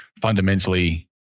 fundamentally